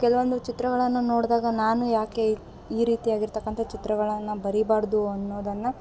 ಕೆಲವೊಂದು ಚಿತ್ರಗಳನ್ನು ನೋಡಿದಾಗ ನಾನು ಯಾಕೆ ಈ ರೀತಿಯಾಗಿರ್ತಕ್ಕಂಥ ಚಿತ್ರಗಳನ್ನು ಬರೀಬಾರದು ಅನ್ನೋದನ್ನು